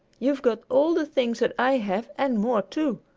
you've got all the things that i have and more, too,